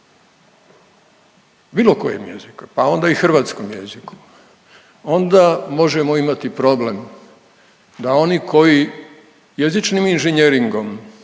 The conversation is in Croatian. Bilo kojem jeziku, pa onda i hrvatskom jeziku. Onda možemo imati problem da oni koji jezičnim inženjeringom